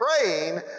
praying